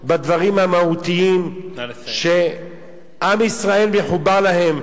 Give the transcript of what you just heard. בדברים המהותיים שעם ישראל מחובר להם.